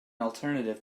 alternative